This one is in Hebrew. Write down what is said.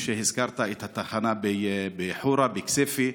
הזכרת את התחנה בחורה, בכסייפה,